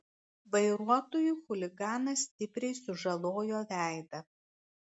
vairuotojui chuliganas stipriai sužalojo veidą